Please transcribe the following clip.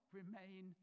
remain